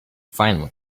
finally